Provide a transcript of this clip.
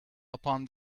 upon